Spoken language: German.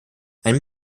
einem